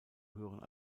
hören